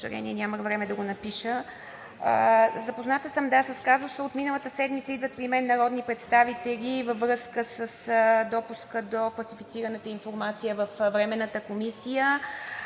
съжаление, нямах време да го напиша. Запозната съм с казуса. От миналата седмица идват при мен народни представители във връзка с допуска до класифицираната информация във Временната комисия.